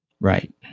Right